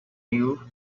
you